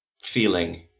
feeling